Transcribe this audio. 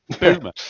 Boomer